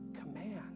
command